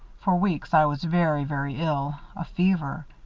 for weeks i was very, very ill a fever.